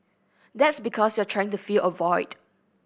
that's because you're trying to fill a void